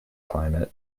climate